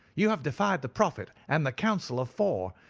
you have defied the prophet and the council of four.